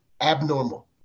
Abnormal